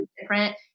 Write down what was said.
different